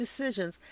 decisions